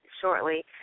shortly